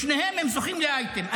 בשניהם הם זוכים לאייטם.